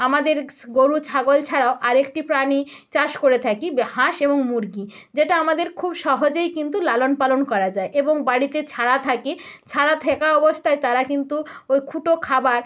আমাদের গরু ছাগল ছাড়াও আর একটি প্রাণী চাষ করে থাকি বা হাঁস এবং মুরগি যেটা আমাদের খুব সহজেই কিন্তু লালন পালন করা যায় এবং বাড়িতে ছাড়া থাকে ছাড়া থাকা অবস্থায় তারা কিন্তু ওই খুটো খাবার